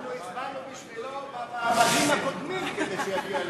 אנחנו הצבענו בשבילו במעמדים הקודמים כדי שיגיע לפה.